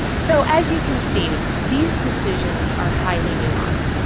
so as you can see, these decisions are highly nuanced.